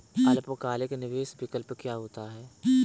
अल्पकालिक निवेश विकल्प क्या होता है?